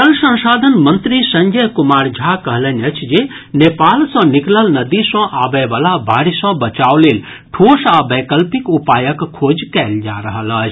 जल संसाधन मंत्री संजय कुमार झा कहलनि अछि जे नेपाल सॅ निकलल नदी सँ आबयवला बाढ़ि सँ बचाव लेल ठोस आ वैकल्पिक उपायक खोज कयल जा रहल अछि